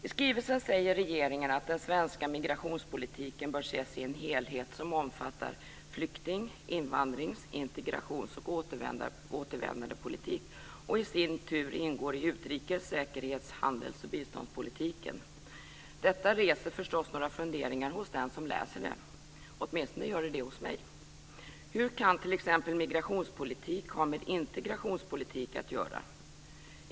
I skrivelsen säger regeringen att den svenska migrationspolitiken bör ses i en helhet som omfattar flykting-, invandrings-, integrations och återvändandepolitik och i sin tur ingår i utrikes-, säkerhets-, handels och biståndspolitiken. Detta reser förstås några funderingar hos den som läser detta - åtminstone hos mig. Hur kan t.ex. migrationspolitik ha med integrationspolitik att göra?